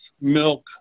milk